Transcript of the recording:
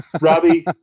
Robbie